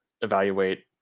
evaluate –